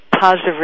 positive